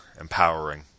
empowering